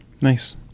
nice